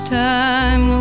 time